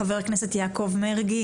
חבר הכנסת יעקב מרגי,